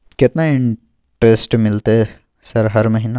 केतना इंटेरेस्ट मिलते सर हर महीना?